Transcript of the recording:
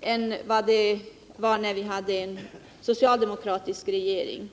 än vad det var då vi hade en socialdemokratisk regering.